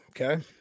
Okay